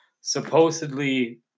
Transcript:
supposedly